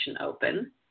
open